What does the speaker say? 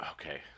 Okay